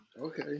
Okay